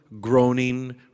groaning